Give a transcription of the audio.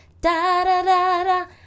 Da-da-da-da